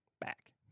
back